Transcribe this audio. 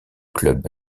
club